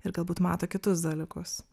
ir galbūt mato kitus dalykus